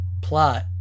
plot